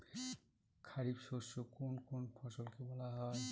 খারিফ শস্য কোন কোন ফসলকে বলা হয়?